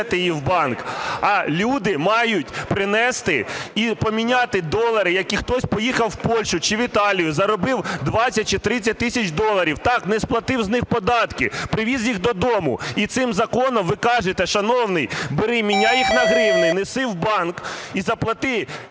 а люди мають принести і поміняти долари, які хтось поїхав в Польщу чи в Італію, заробив 20 чи 30 тисяч доларів, так, не сплатив з них додатки, привіз їх додому. І цим законом ви кажете6 шановний, бери міняй їх на гривні, неси в банк і заплати,